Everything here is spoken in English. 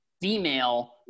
female